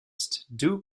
savoy